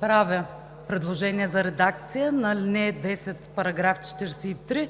правя предложение за редакция на ал. 10 в § 43